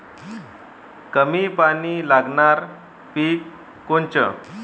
कमी पानी लागनारं पिक कोनचं?